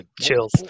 chills